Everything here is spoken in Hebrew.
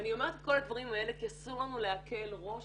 ואני אומרת את כל הדברים האלה כי אסור לנו להקל ראש